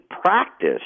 practice